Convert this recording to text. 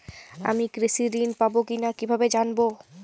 আমি কৃষি ঋণ পাবো কি না কিভাবে জানবো?